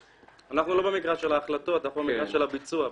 אנחנו לא במגרש של ההחלטות אלא במגרש של הביצוע.